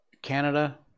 canada